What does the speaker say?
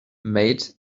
made